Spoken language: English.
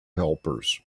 helpers